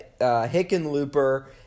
Hickenlooper